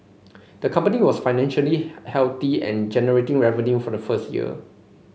the company was financially healthy and generating revenue from the first year